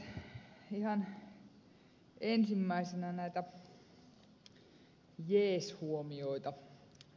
ihan ensimmäisenä näitä jees huomioita